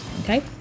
okay